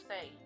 say